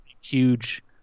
huge